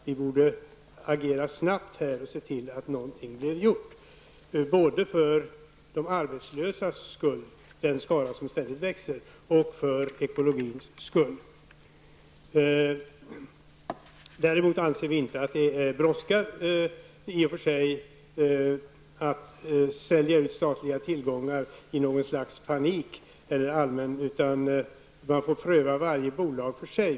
Vi borde agera snabbt här och se till att någonting blev gjort, både för de arbetslösas skull -- en skara som ständigt växer -- och för ekologins skull. Däremot anser vi inte att det brådskar i och för sig att sälja ut statliga tillgångar i något slags panik, utan man får pröva varje bolag för sig.